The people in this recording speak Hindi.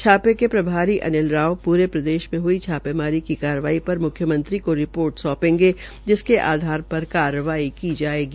छापे के प्रभारी अनिल रावपूरे प्रदेश में हुई छापेमारी की कार्रवाई पर म्ख्यमंत्री को रिपोर्ट सौपेंगे जिसके आधार पर कार्रवाई की जायेगी